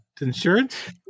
Insurance